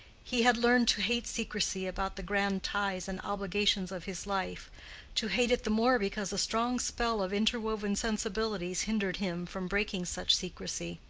he had learned to hate secrecy about the grand ties and obligations of his life to hate it the more because a strong spell of interwoven sensibilities hindered him from breaking such secrecy.